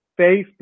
Facebook